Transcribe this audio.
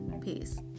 peace